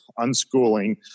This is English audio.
Unschooling